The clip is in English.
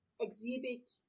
exhibit